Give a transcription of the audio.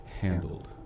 handled